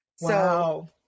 Wow